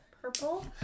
purple